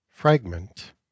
FRAGMENT